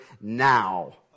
now